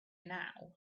now